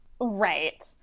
Right